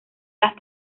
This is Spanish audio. las